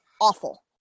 awful